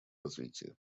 развитии